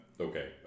Okay